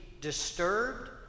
disturbed